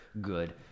good